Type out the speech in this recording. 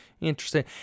interesting